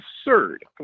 absurd